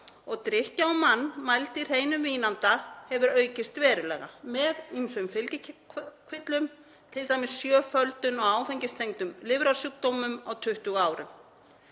og drykkja á mann mæld í hreinum vínanda hefur aukist verulega, með ýmsum fylgikvillum, t.d. sjöföldun á áfengistengdum lifrarsjúkdómum á 20 árum.